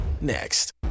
next